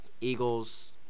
Eagles